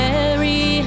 Mary